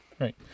right